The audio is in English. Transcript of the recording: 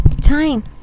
time